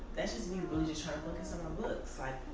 that's just me really just trying to focus on my books. like,